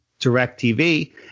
DirecTV